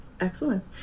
Excellent